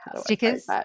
stickers